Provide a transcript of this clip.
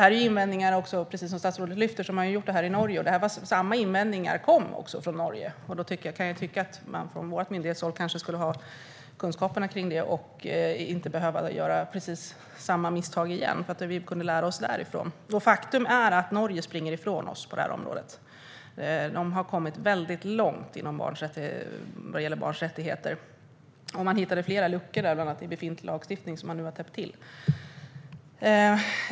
Men precis som statsrådet säger har man gjort detta i Norge, och samma invändningar fanns där. Då kan jag tycka att man från våra myndigheters håll skulle ha kunskaper om detta och inte behöva göra samma misstag igen. Vi borde kunna lära oss därifrån. Faktum är att Norge springer ifrån oss på det här området. De har kommit väldigt långt vad gäller barns rättigheter. Man hittade där flera luckor i befintlig lagstiftning som man nu har täppt till.